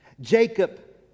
Jacob